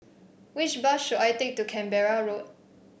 which bus should I take to Canberra Road